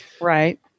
Right